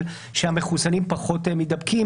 שהמחוסנים פחות מדבקים?